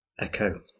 echo